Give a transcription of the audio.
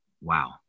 Wow